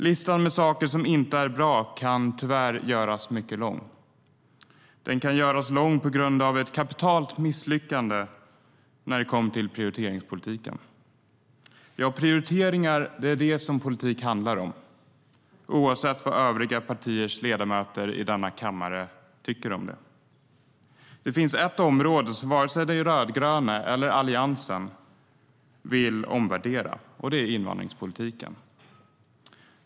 Listan med saker som inte är bra kan tyvärr göras mycket lång. Den kan göras lång på grund av ett kapitalt misslyckande när det gäller prioriteringspolitik. Politik handlar om prioriteringar, oavsett vad övriga partiers ledamöter i denna kammare tycker om det. Det finns ett område som vare sig de rödgröna eller Alliansen vill omvärdera. Det är invandringspolitiken.